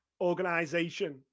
organization